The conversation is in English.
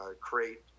create